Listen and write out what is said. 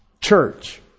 church